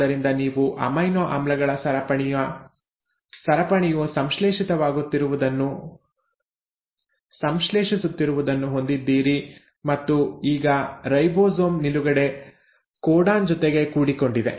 ಆದ್ದರಿಂದ ನೀವು ಅಮೈನೊ ಆಮ್ಲಗಳ ಸರಪಣಿಯು ಸಂಶ್ಲೇಷಿಸುತ್ತಿರುವುದನ್ನು ಹೊಂದಿದ್ದೀರಿ ಮತ್ತು ಈಗ ರೈಬೋಸೋಮ್ ನಿಲುಗಡೆ ಕೋಡಾನ್ ಜೊತೆಗೆ ಕೂಡಿಕೊಂಡಿದೆ